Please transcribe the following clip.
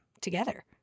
together